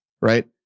right